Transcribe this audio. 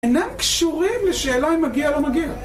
אינם קשורים לשאלה אם מגיע או לא מגיע